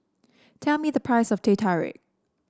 tell me the price of Teh Tarik